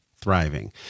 thriving